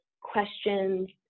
questions